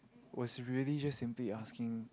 was really just simply asking